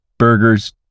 Burgers